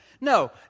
No